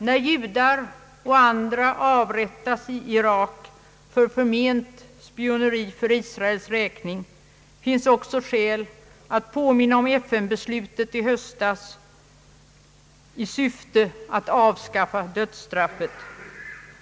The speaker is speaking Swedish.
När judar och andra avrättas i Irak för förment spioneri för Israels räkning, finns också skäl att påminna om FN-beslutet i höstas i syfte att avskaffa dödsstraffet.